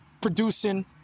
producing